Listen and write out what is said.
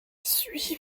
suivez